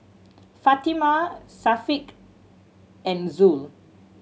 Fatimah Syafiq and Zul